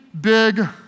big